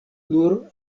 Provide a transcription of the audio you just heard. nur